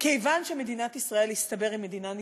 כיוון שמדינת ישראל, הסתבר, היא מדינה נזקקת,